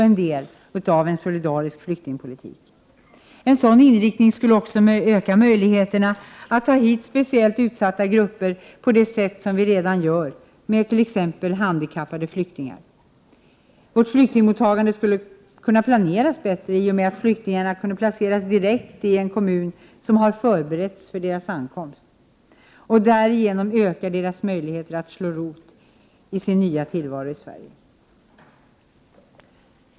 En möjligheterna att ta hit speciellt utsatta grupper på det sätt som vi redan gör, t.ex. handikappade flyktingar. Vårt flyktingmottagande skulle kunna planeras bättre i och med att flyktingarna kunde placeras direkt i en kommun som har förberett deras ankomst. Därigenom ökar flyktingarnas möjlighet att slå rot i sin nya tillvaro i Sverige.